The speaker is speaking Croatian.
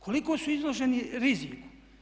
Koliko su izloženi riziku?